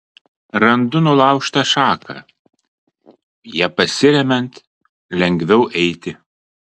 randu nulaužtą šaką ja pasiremiant lengviau eiti